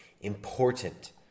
important